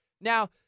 Now